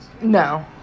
No